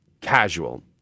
casual